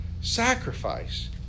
sacrifice